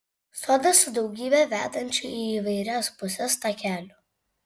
sodas su daugybe vedančių į įvairias puses takelių